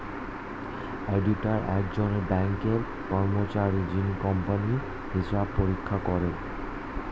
auditor একজন ব্যাঙ্কের কর্মচারী যিনি কোম্পানির হিসাব পরীক্ষা করেন